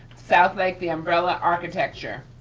south lake, the umbrella architecture.